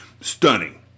stunning